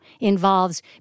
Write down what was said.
involves